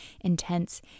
intense